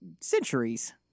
centuries